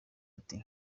ati